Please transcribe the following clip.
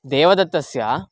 देवदत्तस्य